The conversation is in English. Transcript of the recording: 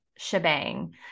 shebang